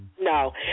No